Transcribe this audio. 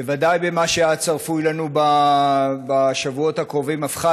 בוודאי במה שהיה צפוי לנו בשבועות הקרובים, הפכה